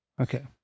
Okay